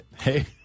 hey